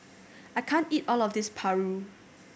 I can't eat all of this paru